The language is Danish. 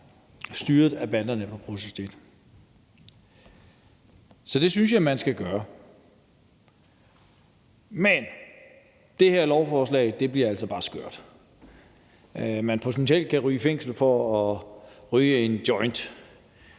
styret af banderne på Pusher Street. Så det synes jeg man skal gøre. Men det her lovforslag bliver altså bare skørt; altså at man potentielt kan ryge i fængsel for at ryge en joint